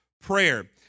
prayer